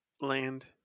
land